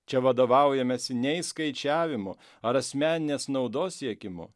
čia vadovaujamesi ne išskaičiavimu ar asmeninės naudos siekimu